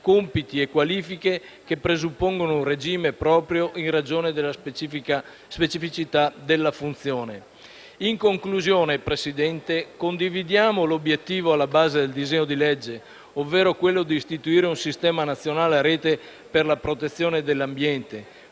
In conclusione, Presidente, condividiamo l'obiettivo alla base del disegno di legge, ovvero quello di istituire un sistema nazionale a rete per la protezione dell'ambiente